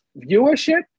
Viewership